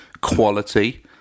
quality